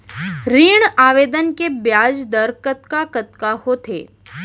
ऋण आवेदन के ब्याज दर कतका कतका होथे?